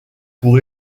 pour